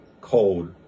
cold